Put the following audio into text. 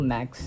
Max